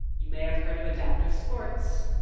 you may have heard of adaptive sports,